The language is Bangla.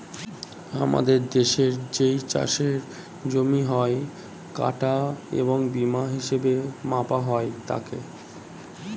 আমাদের দেশের যেই চাষের জমি হয়, কাঠা এবং বিঘা হিসেবে মাপা হয় তাকে